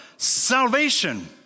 Salvation